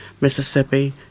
Mississippi